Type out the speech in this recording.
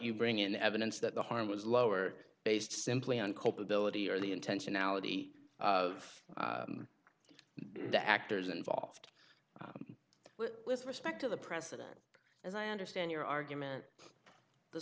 you bring in evidence that the harm was lowered based simply on culpability or the intentionality of the actors involved with respect to the president as i understand your argument the